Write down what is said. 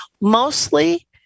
mostly